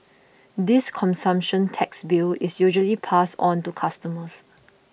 this consumption tax bill is usually passed on to customers